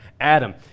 Adam